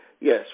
Yes